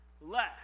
left